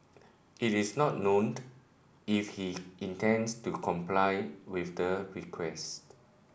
it is not known if he intends to comply with the request